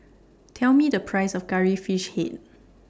Tell Me The Price of Curry Fish Head